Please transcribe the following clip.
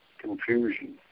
confusion